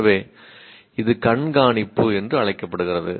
எனவே இது கண்காணிப்பு என்று அழைக்கப்படுகிறது